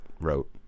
wrote